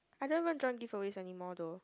I don't even join giveaways anymore though